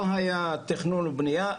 לא היה תכנון ובנייה,